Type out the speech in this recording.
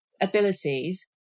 abilities